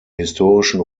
historischen